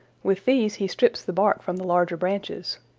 with these he strips the bark from the larger branches.